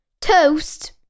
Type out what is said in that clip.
toast